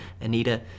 ANITA